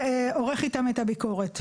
ועורך איתם את הביקורת,